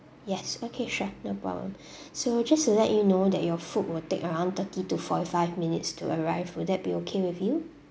yes okay sure no problem so just to let you know that your food will take around thirty to forty five minutes to arrive will that be okay with you